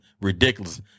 ridiculous